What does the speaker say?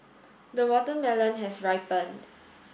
the watermelon has ripened